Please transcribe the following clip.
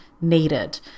needed